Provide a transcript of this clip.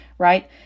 right